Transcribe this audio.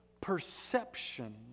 perception